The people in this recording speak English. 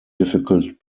difficult